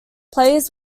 players